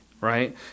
Right